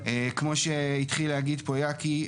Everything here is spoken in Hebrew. כמו שהתחיל להגיד פה יקי,